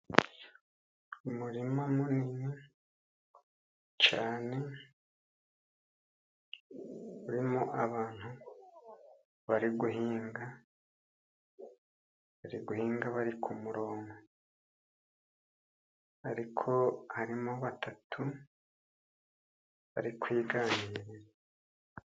Umurima munini cyane, urimo abantu bari guhinga, bari guhinga bari ku muronko ariko harimo batatu bari kwiganirira.